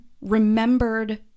remembered